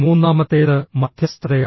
മൂന്നാമത്തേത് മദ്ധ്യസ്ഥതയാണ്